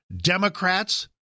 Democrats